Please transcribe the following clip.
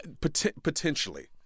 potentially